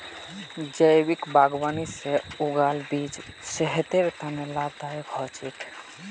जैविक बागवानी से उगाल सब्जी सेहतेर तने लाभदायक हो छेक